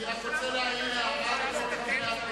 אני רק רוצה להעיר הערה לכל חברי הכנסת.